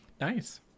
nice